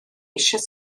eisiau